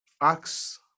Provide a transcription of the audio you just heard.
Acts